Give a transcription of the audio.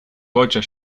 deutscher